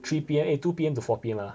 three P_M eh two P_M to four P_M lah